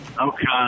Okay